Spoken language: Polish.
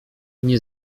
nie